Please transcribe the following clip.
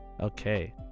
Okay